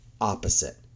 opposite